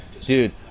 dude